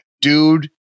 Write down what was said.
Dude